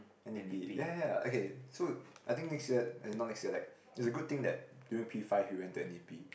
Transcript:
N_D_P ya ya ya okay so I think next year eh not next year like it's a good thing that during P five you went to N_D_P